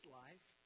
life